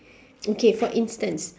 okay for instance